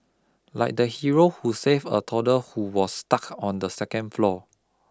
like the hero who saved a toddler who was stuck on the second floor